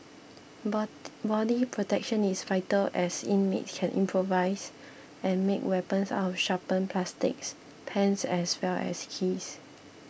but body protection is vital as inmates can improvise and make weapons out of sharpened plastics pens as well as keys